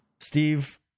Steve